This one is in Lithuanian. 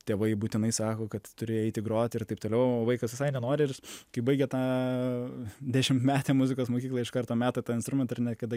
tėvai būtinai sako kad turi eiti grot ir taip toliau vaikas visai nenori ir kai baigia tą dešimtmetę muzikos mokyklą iš karto meta tą instrumentą ir niekada